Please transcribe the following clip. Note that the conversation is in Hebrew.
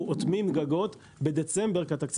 אנחנו אוטמים גגות בדצמבר כי התקציב